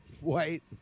white